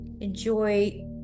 enjoy